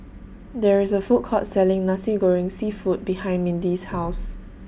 There IS A Food Court Selling Nasi Goreng Seafood behind Mindi's House